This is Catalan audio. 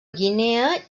guinea